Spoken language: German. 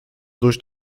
durch